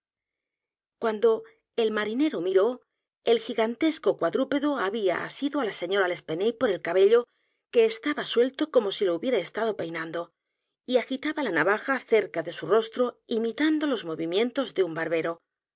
cuando el marinero miró el gigantesco cuadrúpedo había asido á la señora l'espanaye por el cabello que estaba suelto como si lo hubiera estado peinando y agitaba la navaja cerca de su rostro imitando los movimientos de un barbero